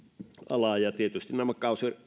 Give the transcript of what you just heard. alaa ja tietysti nämä